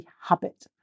habit